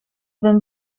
bym